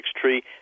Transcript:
tree